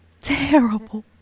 terrible